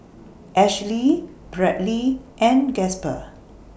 Ashlea Bradly and Gasper